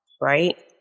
right